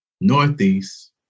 Northeast